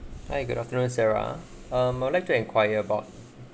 hi good afternoon sarah um I'd like to enquire about